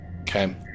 Okay